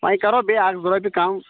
وۅنۍ کَرو بیٚیہِ اکھ زٕ رۄپیہِ کَم